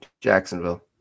Jacksonville